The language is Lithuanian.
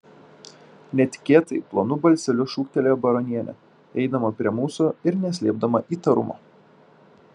netikėtai plonu balseliu šūktelėjo baronienė eidama prie mūsų ir neslėpdama įtarumo